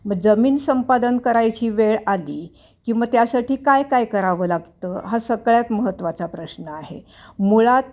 मग जमीन संपादन करायची वेळ आली की मग त्यासाठी काय काय करावं लागतं हा सगळ्यात महत्त्वाचा प्रश्न आहे मुळात